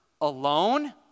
alone